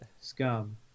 Scum